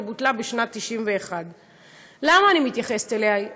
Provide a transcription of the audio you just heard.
בוטלה בשנת 1991. למה אני מתייחסת אליה?